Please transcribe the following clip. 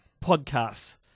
podcasts